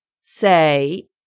say